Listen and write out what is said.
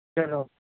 ਚਲੋ